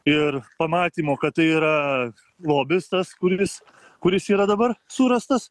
ir pamatymo kad tai yra lobis tas kuris kuris yra dabar surastas